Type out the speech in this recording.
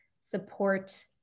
support